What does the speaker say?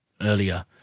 earlier